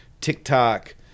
TikTok